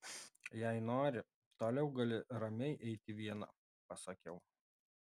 jei nori toliau gali ramiai eiti viena pasakiau